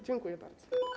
Dziękuję bardzo.